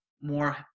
more